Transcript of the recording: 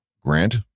Grant